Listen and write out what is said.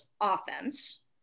offense